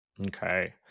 Okay